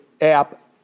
app